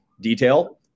detail